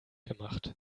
gemacht